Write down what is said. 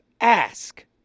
ask